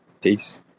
peace